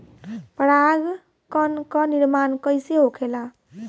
पराग कण क निर्माण कइसे होखेला?